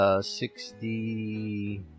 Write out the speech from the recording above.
sixty